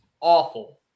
awful